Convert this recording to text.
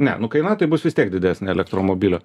ne nu kaina tai bus vis tiek didesnė elektromobilio